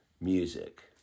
music